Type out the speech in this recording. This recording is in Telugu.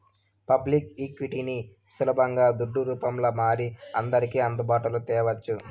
పబ్లిక్ ఈక్విటీని సులబంగా దుడ్డు రూపంల మారి అందర్కి అందుబాటులో తేవచ్చు